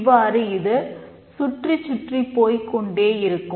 இவ்வாறு இது சுற்றிச் சுற்றி போய்க் கொண்டே இருக்கும்